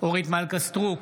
אורית מלכה סטרוק,